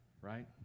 right